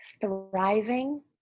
thriving